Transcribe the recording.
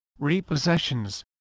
repossessions